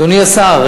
אדוני השר,